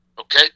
okay